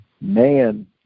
man